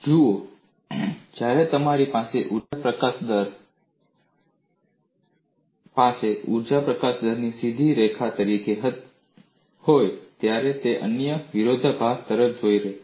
જુઓ જ્યારે તમારી પાસે ઊર્જા પ્રકાશન દર સીધી રેખા તરીકે હોય ત્યારે તે અન્ય વિરોધાભાસ તરફ દોરી જાય છે